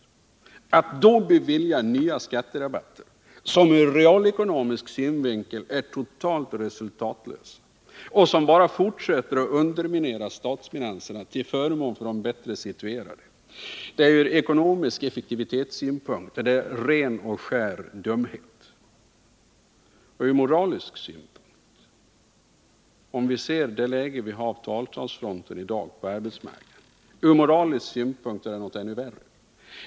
Att i det läget bevilja nya skatterabatter, som ur realekonomisk synvinkel är totalt resultatlösa och som bara underminerar statsfinanserna ytterligare till förmån för de bättre situerade, det är ur ekonomisk effektivitetssynpunkt uttryck för ren och skär dumhet. Med tanke på det läge vi har i dag på avtalsfronten och på arbetsmarknaden är det ur moralisk synpunkt något ännu värre.